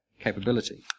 capability